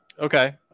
Okay